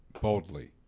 boldly